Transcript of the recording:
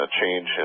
change